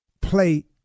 Play